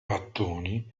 mattoni